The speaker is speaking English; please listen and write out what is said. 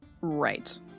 Right